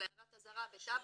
של הערת האזהרה וטאבו,